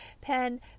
Pen